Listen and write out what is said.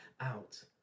out